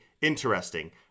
interesting